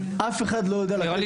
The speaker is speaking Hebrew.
אף אחד לא יודע לתת לי תשובה.